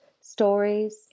stories